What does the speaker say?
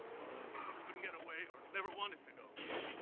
who either couldn't get away or never wanted to go away.